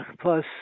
Plus